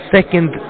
Second